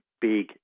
big